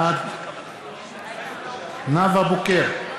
בעד נאוה בוקר,